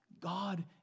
God